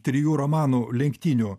trijų romanų lenktynių